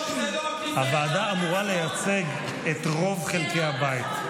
הוועדה אמורה לייצג את רוב חלקי הבית,